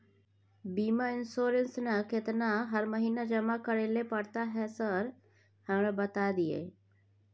बीमा इन्सुरेंस ना केतना हर महीना जमा करैले पड़ता है सर हमरा बता दिय?